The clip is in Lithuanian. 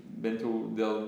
bent jau dėl